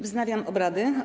Wznawiam obrady.